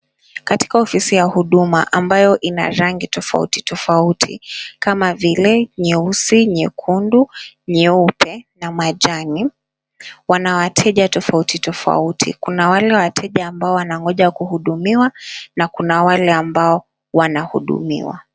Katika ofisi ya Huduma, ambayo ina rangi tofauti tofauti kama vile nyeusi, nyekundu, nyeupe na majani, wana wateja tofauti tofauti. Kuna wale wateja ambao wanangoja kuhudumiwa na kuna wale ambao wanahudumiwa.